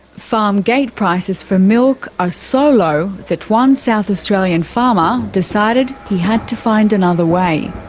farm gate prices for milk are so low that one south australian farmer decided he had to find another way.